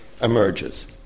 emerges